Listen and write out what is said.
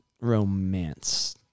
romance